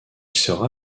sera